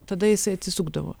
tada jisai atsisukdavo